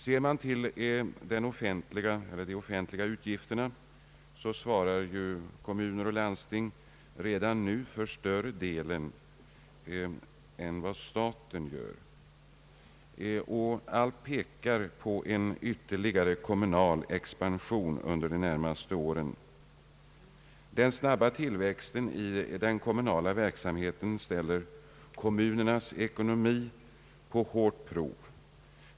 Ser vi till de offentliga utgifterna, så svarar kommuner och landsting redan nu för en större del härav än vad staten gör, och allt pekar på en ytterligare kommunal expansion under de närmaste åren. Den snabba tillväxten av den kommunala verksamheten ställer kommunernas ekonomi på hårda prov.